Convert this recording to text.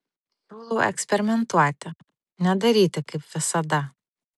siūlau eksperimentuoti nedaryti kaip visada